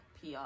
pr